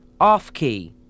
Offkey